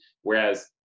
whereas